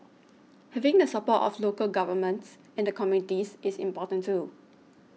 having the support of local governments and the communities is important too